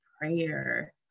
prayer